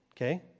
Okay